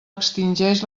extingeix